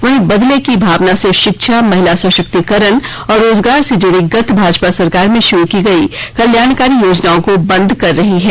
वहीं बदले की भावना से शिक्षा महिला सशक्तीकरण और रोजगार से जुड़ी गत भाजपा सरकार मे शुरू की गई कल्याणकारी योजनाओं को बंद कर रही है